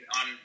on